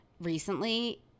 recently